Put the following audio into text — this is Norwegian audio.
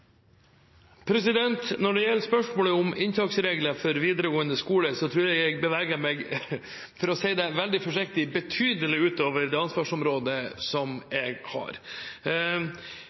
det? Når det gjelder spørsmålet om inntaksregler for videregående skole, tror jeg at jeg beveger meg – for å si det veldig forsiktig – betydelig utover det ansvarsområdet jeg har.